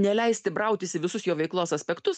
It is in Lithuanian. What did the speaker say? neleisti brautis į visus jo veiklos aspektus